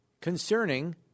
concerning